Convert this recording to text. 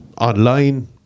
online